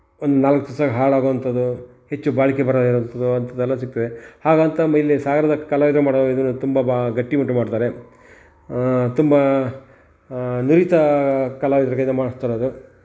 ಒಂದು ನಾಲ್ಕು ದಿವ್ಸದಂತೆ ಹಾಳಾಗುವಂಥದ್ದು ಹೆಚ್ಚು ಬಾಳಿಕೆ ಬರದಿರುವಂಥದ್ದು ಅಂಥದ್ದೆಲ್ಲ ಸಿಗ್ತದೆ ಹಾಗಂತ ಮೆಲ್ಲಿ ಸಾಗರದ ಕಲಾವಿದರು ಮಾಡೋ ಇದು ತುಂಬ ಗಟ್ಟಿಮುಟ್ಟು ಮಾಡ್ತಾರೆ ತುಂಬ ನುರಿತ ಕಲಾವಿದರ ಕೈಯ್ಯಿಂದ ಮಾಡ್ಸ್ತಾಯಿರೋದು